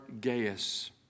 Gaius